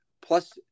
plus